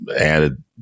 added